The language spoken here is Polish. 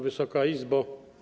Wysoka Izbo!